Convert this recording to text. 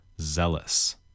zealous